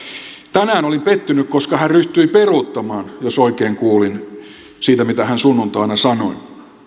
tänään olin pettynyt koska hän ryhtyi peruuttamaan jos oikein kuulin siitä mitä hän sunnuntaina sanoi